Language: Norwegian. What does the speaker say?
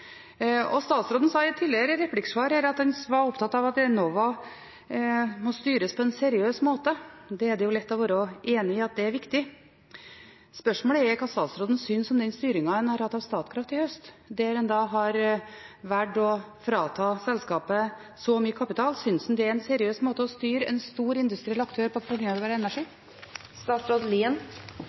Statsråden sa i tidligere replikksvar at han var opptatt av at Enova må styres på en seriøs måte. Det er det lett å være enig i at er viktig. Spørsmålet er hva statsråden synes om styringen en har hatt av Statkraft i høst, der en da har valgt å frata selskapet så mye kapital. Synes han det er en seriøs måte å styre en stor industriell aktør innen fornybar energi